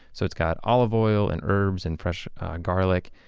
so it's got olive oil, and herbs, and fresh garlic.